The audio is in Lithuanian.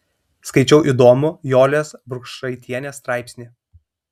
skaičiau įdomų jolės burkšaitienės straipsnį